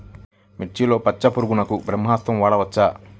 మిర్చిలో పచ్చ పురుగునకు బ్రహ్మాస్త్రం వాడవచ్చా?